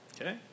Okay